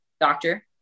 doctor